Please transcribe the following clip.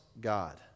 God